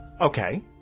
Okay